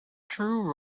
true